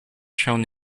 shown